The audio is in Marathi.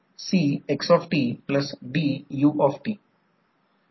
तर प्रथम हे सर्किट काढण्यासाठी प्रथम यामधून पाहू नंतर दिसेल